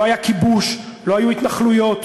לא היה כיבוש ולא היו התנחלויות.